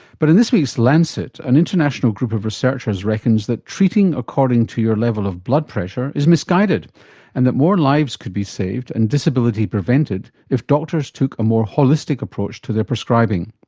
but in this week's lancet, an international group of researchers reckons that treating according to your level of blood pressure is misguided and that more lives could be saved and disability prevented if doctors took a more holistic approach to their prescribing.